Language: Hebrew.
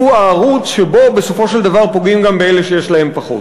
הוא הערוץ שבו בסופו של דבר פוגעים גם באלה שיש להם פחות.